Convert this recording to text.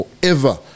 forever